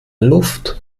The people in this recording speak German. luft